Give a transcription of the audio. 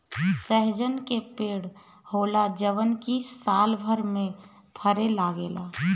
सहजन के पेड़ होला जवन की सालभर में फरे लागेला